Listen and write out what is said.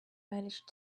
managed